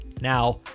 now